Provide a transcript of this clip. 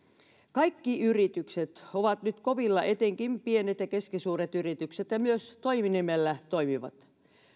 kaikki yritykset ovat nyt kovilla etenkin pienet ja keskisuuret yritykset ja myös toiminimellä toimivat